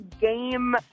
game